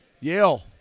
Yale